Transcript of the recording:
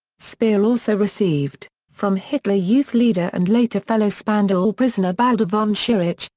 speer also received, from hitler youth leader and later fellow spandau prisoner baldur von schirach,